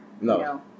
No